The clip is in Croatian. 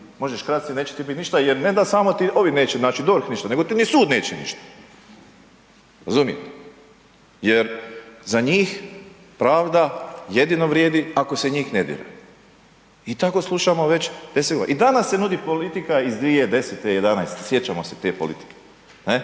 možeš krasti, neće ti bit ništa jer ne da samo ti ovo neće naći, znači DORH ništa, nego ti ni sud neće ništa. Razumijete? Jer za njih pravda jedino vrijedi ako se njih ne dira i tako slušamo već 10.g. i danas se nudi politika iz 2010., '11.-te. Sjećamo se te politike,